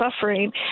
suffering